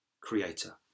Creator